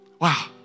Wow